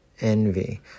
envy